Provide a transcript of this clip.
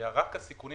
שרק הסיכונים